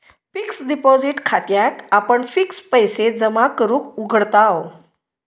fixed deposit खात्याक आपण fixed पैशे जमा करूक उघडताव